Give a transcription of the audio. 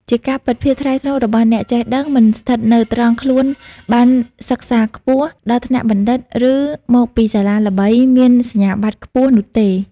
ជាការពិត ភាពថ្លៃថ្នូរ របស់អ្នកចេះដឹង មិនស្ថិតនៅត្រង់ខ្លួនបានសិក្សាខ្ពស់ ដល់ថ្នាក់បណ្ឌិត ឬមកពីសាលាល្បី មានសញ្ញាបត្រខ្ពស់ នោះទេ។